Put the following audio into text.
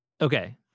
Okay